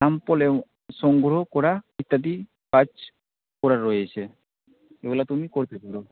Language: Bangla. স্যাম্পল এবং সংগ্রহ করা ইত্যাদি কাজ করা রয়েছে এগুলো তুমি করতে পারো